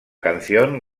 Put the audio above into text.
canción